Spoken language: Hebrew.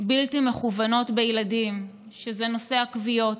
בלתי מכוונות בילדים, כמו נושא הכוויות,